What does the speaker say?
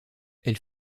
elle